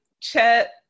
Chet